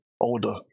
older